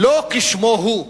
לא כשמו הוא.